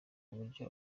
n’uburyo